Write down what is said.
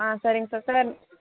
ஆ சரிங்க sir sir